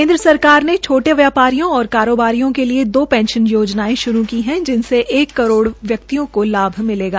केन्द्र सरकार ने छोटे व्यापारियों और कारोबारियों के लिए दो पेंशन योजनायें शुरू की जिनमें एक करोड़ व्यक्तियो को लाभ मिलेगा